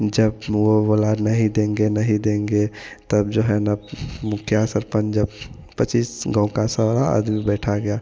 जब वह बोला नहीं देंगे नहीं देंगे तब जो है न मुखिया सरपंच जब पच्चीस गाँव का सारा आदमी बैठा गया